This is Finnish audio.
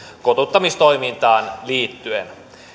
kotouttamistoimintaan liittyen